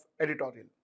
editorial